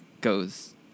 goes